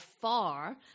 far